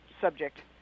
subject